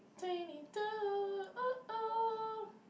twenty two oh oh